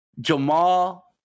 Jamal